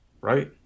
Right